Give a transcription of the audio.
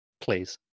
Please